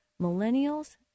millennials